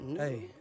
Hey